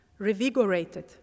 revigorated